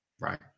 Right